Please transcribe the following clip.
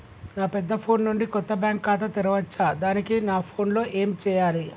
నా పెద్ద ఫోన్ నుండి కొత్త బ్యాంక్ ఖాతా తెరవచ్చా? దానికి నా ఫోన్ లో ఏం చేయాలి?